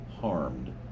harmed